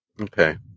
Okay